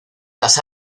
las